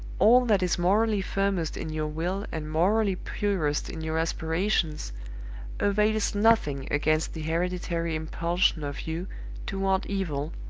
all that is morally firmest in your will and morally purest in your aspirations avails nothing against the hereditary impulsion of you toward evil,